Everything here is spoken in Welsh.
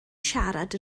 siarad